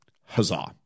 Huzzah